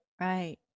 Right